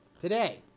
today